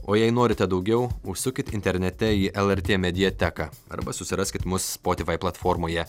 o jei norite daugiau užsukit internete į lrt mediateką arba susiraskit mus spotify platformoje